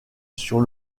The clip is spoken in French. sur